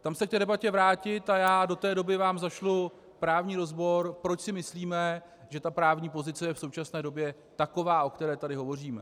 Tam se k té debatě vrátit a já vám do té doby zašlu právní rozbor, proč si myslíme, že právní pozice je v současné době taková, o které tady hovořím.